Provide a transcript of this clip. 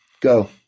Go